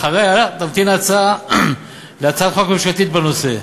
אחריה תמתין ההצעה להצעת חוק ממשלתית בנושא.